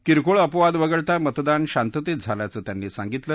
किरकोळ अपवाद वगळता मतदान शांततेत झाल्याचं त्यांनी सांगितलं